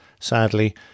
Sadly